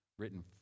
written